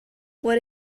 what